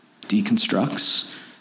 deconstructs